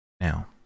Now